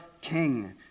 king